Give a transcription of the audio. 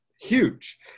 huge